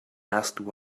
asked